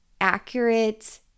accurate